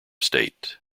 state